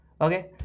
Okay